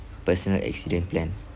personal accident plan